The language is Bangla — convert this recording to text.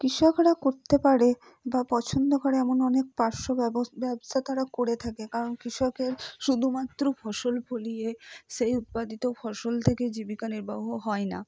কৃষকরা করতে পারে বা পছন্দ করে এমন অনেক পার্শ্ব ব্যবসা তারা করে থাকে কারণ কৃষকের শুধুমাত্র ফসল ফলিয়ে সেই উৎপাদিত ফসল থেকে জীবিকা নির্বাহ হয় না